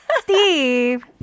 Steve